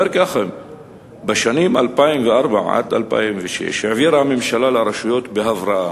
בשנים 2004 2006 העבירה הממשלה לרשויות בהבראה